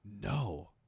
No